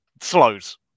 Slows